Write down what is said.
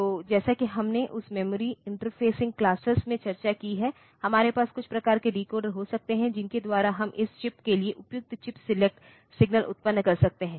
तो जैसा कि हमने उस मेमोरी इंटरफेसिंग क्लासेस में चर्चा की है हमारे पास कुछ प्रकार के डिकोडर हो सकते हैं जिनके द्वारा हम इस चिप के लिए उपयुक्त चिप सेलेक्ट सिग्नल उत्पन्न कर सकते हैं